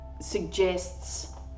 suggests